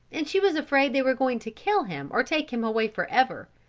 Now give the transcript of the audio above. and she was afraid they were going to kill him or take him away forever.